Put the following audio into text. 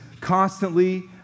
constantly